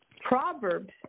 Proverbs